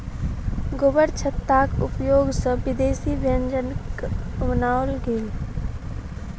गोबरछत्ताक उपयोग सॅ विदेशी व्यंजनक बनाओल गेल